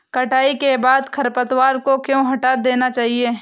कटाई के बाद खरपतवार को क्यो हटा देना चाहिए?